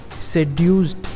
Seduced